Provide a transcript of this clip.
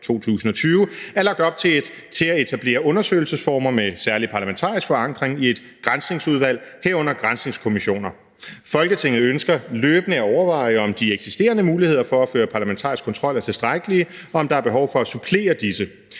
2020 er lagt op til at etablere undersøgelsesformer med særlig parlamentarisk forankring i et granskningsudvalg, herunder granskningskommissioner. Folketinget ønsker løbende at overveje, om de eksisterende muligheder for at føre parlamentarisk kontrol er tilstrækkelige, og om der er behov for at supplere disse.